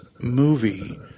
movie